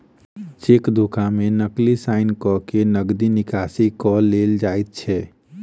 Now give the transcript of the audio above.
cheque धोखा मे नकली साइन क के नगदी निकासी क लेल जाइत छै